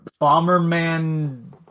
Bomberman